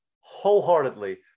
wholeheartedly